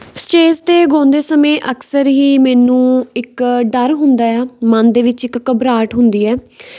stage 'ਤੇ ਗਾਉਂਦੇ ਸਮੇਂ ਅਕਸਰ ਹੀ ਮੈਨੂੰ ਇੱਕ ਡਰ ਹੁੰਦਾ ਆ ਮਨ ਦੇ ਵਿੱਚ ਇੱਕ ਘਬਰਾਹਟ ਹੁੰਦੀ ਹੈ